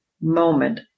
moment